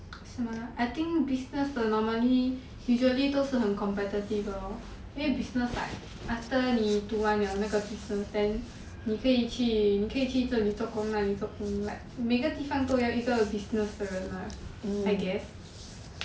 是吗 I think business 的 normally usually 都是很 competitive 的 lor 因为 business like after 你读完 liao 那个 business then 你可以去你可以去这里做工那里做工 like 每个地方都要 business 的人 mah I guess